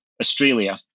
Australia